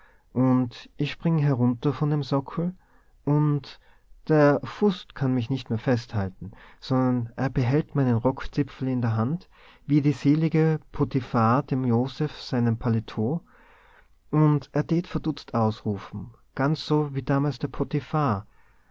und ich spring herunter von dem sockel und der fust kann mich nicht mehr festhalten sondern er behält meinen rockzipfel in der hand wie die selige potiphar dem joseph seinen paletot und er tät verdutzt ausrufen ganz wie damals die